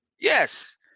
Yes